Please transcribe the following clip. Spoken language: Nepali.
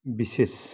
विशेष